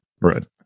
right